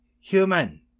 human